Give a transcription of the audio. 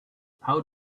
how